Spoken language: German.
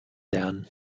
lernen